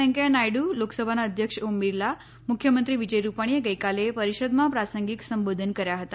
વેકૈંયા નાયડુ લોકસભાના અધ્યક્ષ ઓમ બીરલા મુખ્યમંત્રી વિજય રૂપાણીએ ગઈકાલે પરિષદમાં પ્રાસંગિક સંબોધન કર્યા હતા